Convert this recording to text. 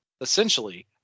essentially